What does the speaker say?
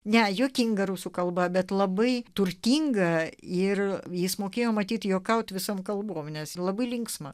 ne juokinga rusų kalba bet labai turtinga ir jis mokėjo matyt juokauti visom kalbom nes labai linksma